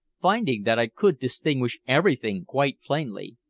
finding that i could distinguish everything quite plainly.